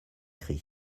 christ